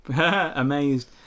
Amazed